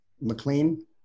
McLean